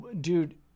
Dude